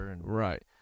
Right